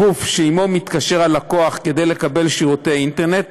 הגוף שעמו מתקשר הלקוח כדי לקבל שירותי אינטרנט,